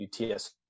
UTS